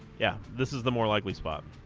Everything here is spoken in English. yeah this is the more likely spot